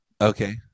Okay